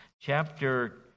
chapter